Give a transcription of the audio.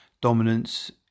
dominance